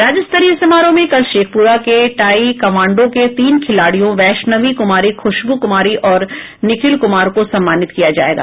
राज्य स्तरीय समारोह में कल शेखपुरा के टाईक्वांडों के तीन खिलाड़ियों वैष्णवी कुमारी खुशबु कुमारी और निखिल कुमार को सम्मानित किया जायेगा